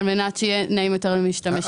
על מנת שיהיה נעים יותר למשתמש.